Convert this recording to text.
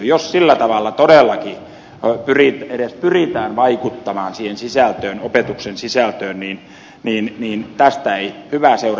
jos sillä tavalla todellakin edes pyritään vaikuttamaan siihen opetuksen sisältöön niin tästä ei hyvää seuraa